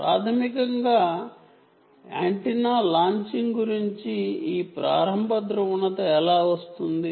ప్రాథమికంగా antenna launching గురించి ఈ ప్రారంభ ధ్రువణత ఎలా వస్తుంది